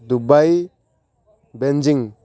Dubai Beijing